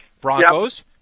Broncos